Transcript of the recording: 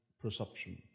perception